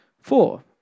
Four